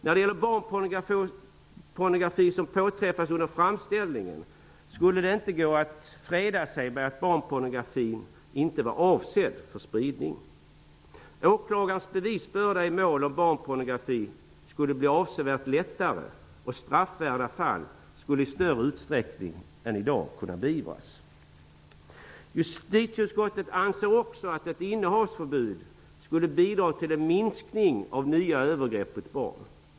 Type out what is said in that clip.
När barnpornografi påträffas under framställningen skulle det inte gå att freda sig med att den inte var avsedd för spridning. Åklagarens bevisbörda i mål om barnpornografi skulle bli avsevärt lättare. Straffvärda fall skulle i större utsträckning än i dag kunna beivras. Justitieutskottet anser också att ett innehavsförbud skulle bidra till en minskning av nya övergrepp mot barn.